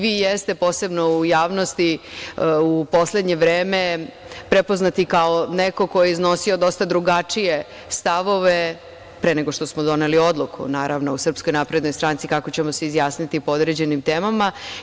Vi jeste, posebno u javnosti, u poslednje vreme prepoznati kao neko ko je iznosio dosta drugačije stavove pre nego što smo doneli odluku, naravno, u Srpskoj naprednoj stranci kako ćemo se izjasniti po određenim temama.